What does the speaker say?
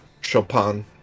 Chopin